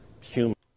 human